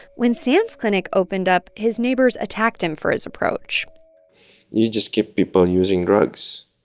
when sam's clinic opened up, his neighbors attacked him for his approach you just keep people using drugs.